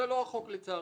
זה לא החוק לצערי,